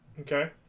okay